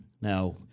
Now